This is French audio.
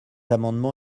amendement